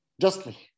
justly